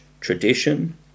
tradition